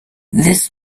this